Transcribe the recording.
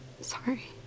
Sorry